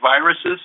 viruses